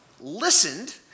listened